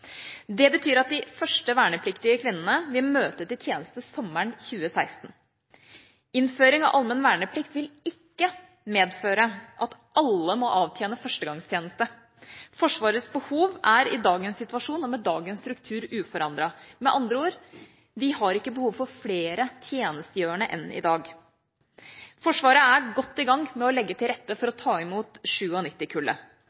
Det betyr at de første vernepliktige kvinnene vil møte til tjeneste sommeren 2016. Innføring av allmenn verneplikt vil ikke medføre at alle må avtjene førstegangstjeneste. Forsvarets behov er i dagens situasjon og med dagens struktur uforandret. Med andre ord: Vi har ikke behov for flere tjenestegjørende enn i dag. Forsvaret er godt i gang med å legge til rette for